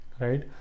right